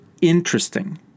interesting